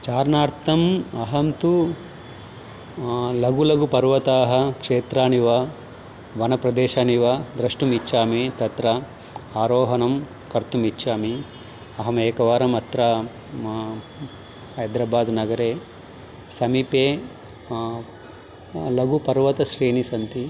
चारणार्थम् अहं तु लघु लघु पर्वतान् क्षेत्राणि वा वनप्रदेशान् वा द्रष्टुमिच्छामि तत्र आरोहणं कर्तुम् इच्छामि अहम् एकवारम् अत्र हैद्रबाद् नगरे समीपे लघुपर्वतस्रेणी सन्ति